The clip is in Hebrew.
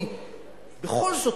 בכל זאת,